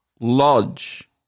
Lodge